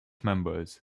members